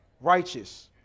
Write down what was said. righteous